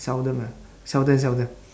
seldom ah seldom seldom